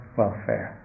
welfare